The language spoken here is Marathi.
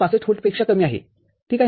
६५व्होल्टपेक्षा कमी आहे ठीक आहे